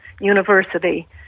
university